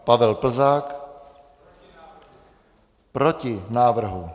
Pavel Plzák: Proti návrhu.